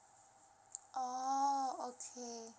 oh okay